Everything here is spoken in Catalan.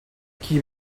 qui